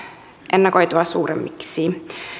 ennakoitua suuremmiksi